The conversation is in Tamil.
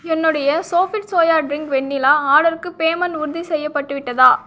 என்னுடைய சோபிட் சோயா டிரிங்க் வெண்ணிலா ஆர்டருக்கு பேமெண்ட் உறுதிசெய்யப்பட்டு விட்டதா